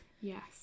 Yes